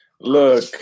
Look